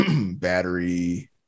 battery